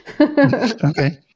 Okay